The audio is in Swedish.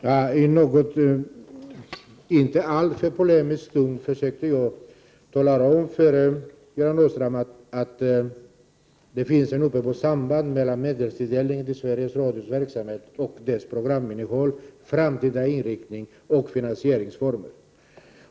Herr talman! I en inte alltför polemisk ton försökte jag tala om för Göran Åstrand att det finns ett uppenbart samband mellan medelstilldelningen till Sveriges Radios verksamhet och dess programinnehåll, framtida inriktning och finansieringsformer.